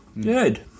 good